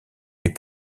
est